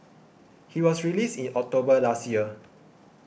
he was released in October last year